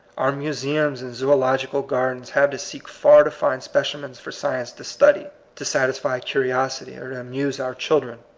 our museums and zoological gardens have to seek far to find specimens for science to study, to satisfy curiosity, or to amuse our children.